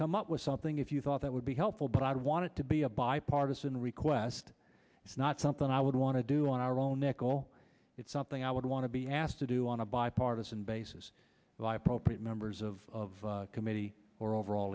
come up with something if you thought that would be helpful but i'd want it to be a bipartisan request it's not something i would want to do on our own nickel it's something i would want to be asked to do on a bipartisan basis by appropriate members of committee or overall